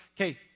Okay